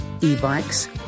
e-bikes